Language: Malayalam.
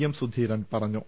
എം സുധീ രൻ പറഞ്ഞു